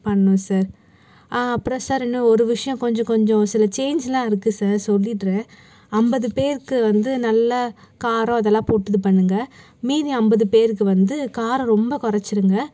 பண்ணணும் சார் அப்புறம் சார் இன்னும் ஒரு விஷயம் கொஞ்சம் கொஞ்சம் சில சேஞ்சுலாம் இருக்குது சார் சொல்லிடறேன் ஐம்பது பேருக்கு வந்து நல்ல காரம் இதெல்லாம் போட்டு இது பண்ணுங்க மீதி ஐம்பது பேருக்கு வந்து காரம் ரொம்ப கொறைச்சிருங்க